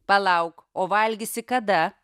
palauk o valgysi kada